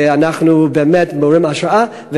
ואנחנו באמת מעוררים השראה,